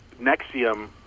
Nexium